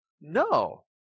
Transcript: No